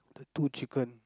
two chicken